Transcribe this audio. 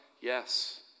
Yes